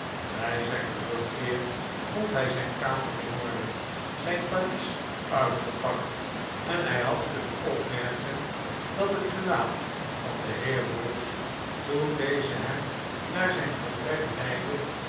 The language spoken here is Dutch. bij zijn terugkeer vond hij zijn kamer in orde zijn valies uitgepakt en hij had kunnen opmerken dat het gelaat van den heer bowls toen deze hem naar zijn vertrek leidde